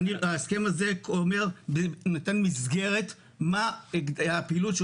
ההסכם הזה נתן מסגרת להגדלת הפעילות,